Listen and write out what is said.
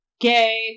gay